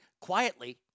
quietly